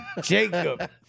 Jacob